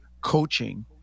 coaching